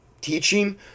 teaching